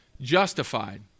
justified